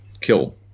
kill